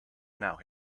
now